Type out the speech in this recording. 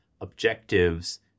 objectives